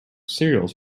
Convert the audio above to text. cereals